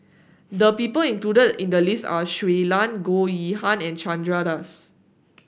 the people included in the list are Shui Lan Goh Yihan and Chandra Das